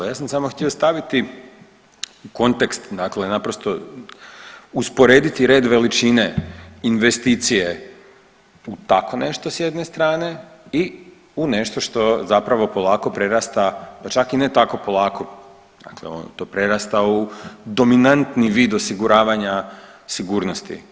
Ja sam samo htio staviti kontekst dakle naprosto usporediti red veličine investicije u tako nešto s jedne strane i u nešto što zapravo prerasta pa čak i ne tako polako dakle to prerasta u dominantni vid osiguravanja sigurnosti.